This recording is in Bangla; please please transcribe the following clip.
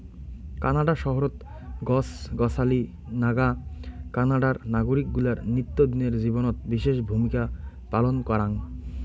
কানাডা শহরত গছ গছালি নাগা কানাডার নাগরিক গুলার নিত্যদিনের জীবনত বিশেষ ভূমিকা পালন কারাং